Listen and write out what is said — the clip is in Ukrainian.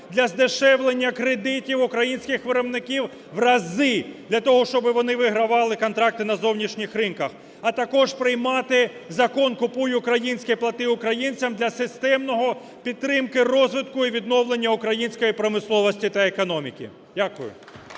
для здешевлення кредитів українських виробників в рази, для того щоб вони вигравали контракти на зовнішніх ринках. А також приймати Закон "Купуй українське, плати українцям" для системної підтримки розвитку і відновлення української промисловості та економіки. Дякую.